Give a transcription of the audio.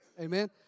Amen